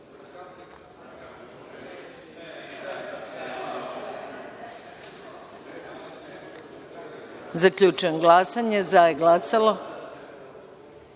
onda. Zaključujem glasanje. Za je glasalo